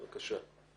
בבקשה.